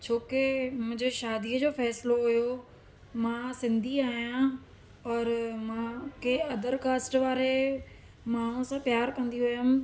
छोकी मुंहिंजे शादीअ जो फ़ैसिलो हुयो मां सिंधी आहियां और मूंखे अदर कास्ट वारे माण्हू सां प्यारु कंदी हुयमि